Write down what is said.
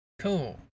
cool